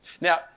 Now